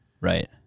Right